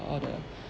all the